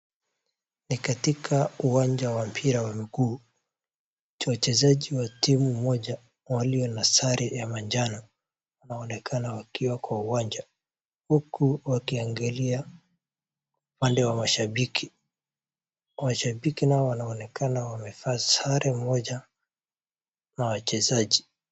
Ni katika uwanja wa mpira wa miguu, wachezaji wa timu moja walio na sare ya manjano, wanaonekana wakiwa kwa uwanja huku wakiangalia upande wa mashabiki. Washabiki nao wanaonekana wamevaa sare moja na wachezaji.